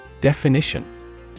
Definition